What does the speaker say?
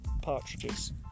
partridges